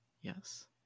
yes